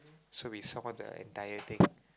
so we saw the entire thing